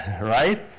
right